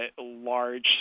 large